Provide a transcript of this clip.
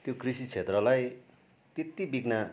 त्यो कृषि क्षेत्रलाई त्यति बिघ्न